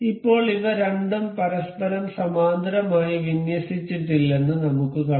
ഇപ്പോൾ ഇവ രണ്ടും പരസ്പരം സമാന്തരമായി വിന്യസിച്ചിട്ടില്ലെന്ന് നമുക്ക് കാണാം